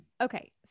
okay